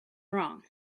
wrong